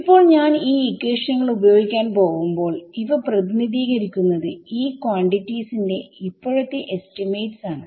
ഇപ്പോൾ ഞാൻ ഈ ഇക്വേഷനുകൾ ഉപയോഗിക്കാൻ പോവുമ്പോൾ ഇവ പ്രതിനിധീകരിക്കുന്നത് ഈ ക്വാണ്ടിറ്റീസ് ന്റെ ഇപ്പോഴത്തെ എസ്റ്റിമേറ്റ്സ് ആണ്